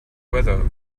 weather